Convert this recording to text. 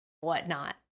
whatnot